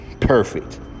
perfect